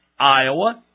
Iowa